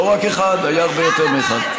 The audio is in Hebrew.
לא רק אחד, היו הרבה יותר מאחד.